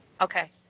okay